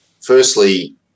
firstly